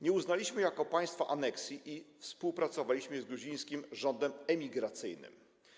Nie uznaliśmy jako państwo aneksji i współpracowaliśmy z gruzińskim rządem emigracyjnym.